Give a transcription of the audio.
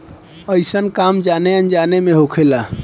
अइसन काम जाने अनजाने मे होखेला